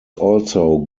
also